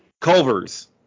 Culver's